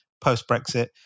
post-Brexit